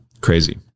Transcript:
Crazy